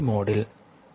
8 mA